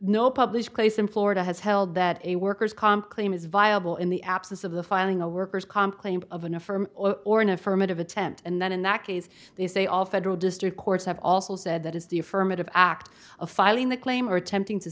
no published place in florida has held that a worker's comp claim is viable in the absence of the filing a worker's comp claim of an a firm or an affirmative attempt and then in that case they say all federal district courts have also said that is the affirmative act of filing the claim or attempting to